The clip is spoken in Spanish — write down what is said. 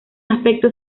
aspecto